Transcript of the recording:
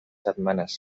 setmanes